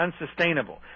unsustainable